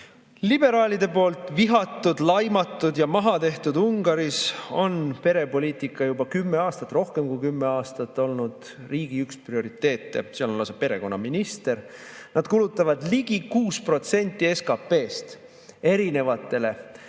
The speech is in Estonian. Liberaalide poolt vihatud, laimatud ja maha tehtud Ungaris on perepoliitika juba kümme aastat, rohkem kui kümme aastat, olnud riigi üks prioriteete. Seal on lausa perekonnaminister. Nad kulutavad ligi 6% SKP-st erinevatele